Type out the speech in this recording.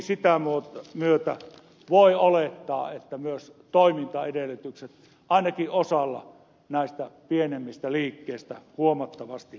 toki sitä myötä voi olettaa että myös toimintaedellytykset ainakin osalla näistä pienemmistä liikkeistä huomattavasti heikkenevät